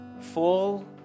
fall